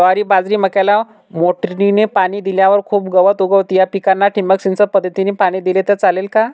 ज्वारी, बाजरी, मक्याला मोटरीने पाणी दिल्यावर खूप गवत उगवते, या पिकांना ठिबक सिंचन पद्धतीने पाणी दिले तर चालेल का?